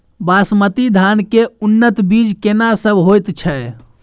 बासमती धान के उन्नत बीज केना सब होयत छै?